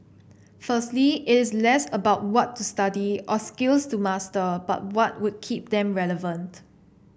firstly it is less about what to study or skills to master but what would keep them relevant